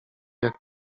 jak